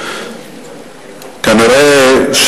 נראה,